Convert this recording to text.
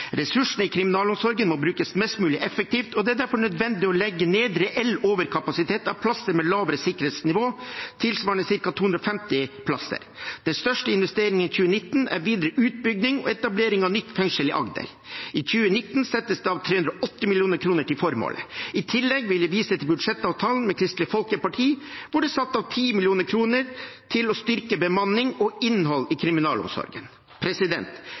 Ressursene i kriminalomsorgen må brukes mest mulig effektivt, og det er derfor nødvendig å legge ned reell overkapasitet av plasser med lavere sikkerhetsnivå, tilsvarende ca. 250 plasser. Den største investeringen i 2019 er videre utbygging og etablering av nytt fengsel i Agder. I 2019 settes det av 308 mill. kr til formålet. I tillegg vil jeg vise til budsjettavtalen med Kristelig Folkeparti, hvor det er satt av 10 mill. kr til å styrke bemanning og innhold i kriminalomsorgen.